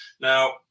Now